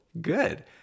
good